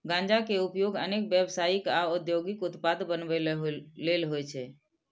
गांजा के उपयोग अनेक व्यावसायिक आ औद्योगिक उत्पाद बनबै लेल होइ छै